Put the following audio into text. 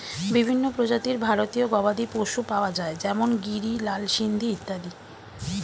বিভিন্ন প্রজাতির ভারতীয় গবাদি পশু পাওয়া যায় যেমন গিরি, লাল সিন্ধি ইত্যাদি